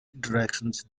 interactions